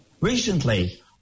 Recently